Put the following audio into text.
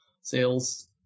sales